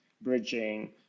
bridging